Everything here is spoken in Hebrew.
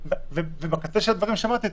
בקצה של הדברים שאמרתי,